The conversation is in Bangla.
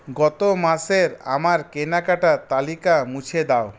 গত মাসের আমার কেনাকাটার তালিকা মুছে দাও